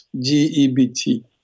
G-E-B-T